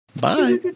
Bye